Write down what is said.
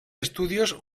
estudios